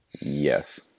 Yes